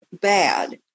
bad